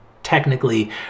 technically